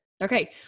Okay